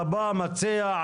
אתה בא, מציע.